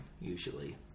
usually